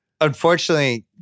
Unfortunately